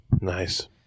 Nice